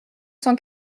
cent